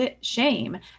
shame